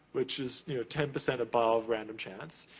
which is ten percent above random chance.